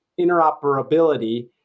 interoperability